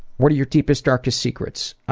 what are your deepest darkest secrets?